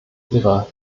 ihrer